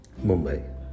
Mumbai